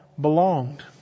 belonged